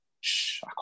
Shh